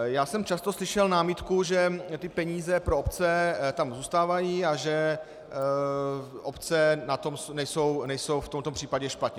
Já jsem často slyšel námitku, že ty peníze pro obce tam zůstávají a že obce na tom nejsou v tomto případě špatně.